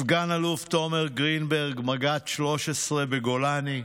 סגן אלוף תומר גרינברג, מג"ד 13 בגולני,